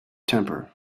temper